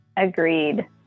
Agreed